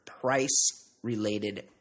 price-related